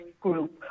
group